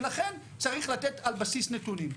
ולכן צריך לתת על בסיס נתונים.